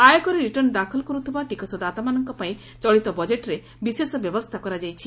ଆୟକର ରିଟର୍ଣ୍ଡ ଦାଖଲ କର୍ତଥିବା ଟିକସଦାତାମାନଙ୍କ ପାଇଁ ଚଳିତ ବଜେଟ୍ରେ ବିଶେଷ ବ୍ୟବସ୍ରା କରାଯାଇଛି